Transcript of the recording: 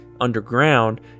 underground